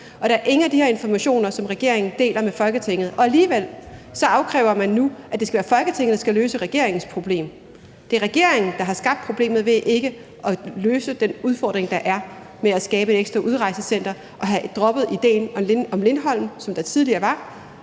og der er ingen af de her informationer, som regeringen deler med Folketinget. Og alligevel kræver man nu, at det skal være Folketinget, der skal løse regeringens problem. Det er regeringen, der har skabt problemet ved ikke at løse den udfordring, der er, med at skabe et ekstra udrejsecenter og at have droppet idéen om Lindholm, som der tidligere lå.